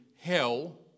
hell